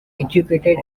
educated